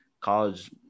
college